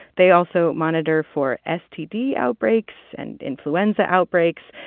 they also monitor for std outbreaks and influenza outbreaks,